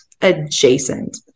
Adjacent